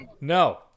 no